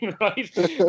right